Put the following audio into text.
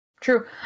True